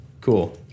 Cool